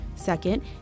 Second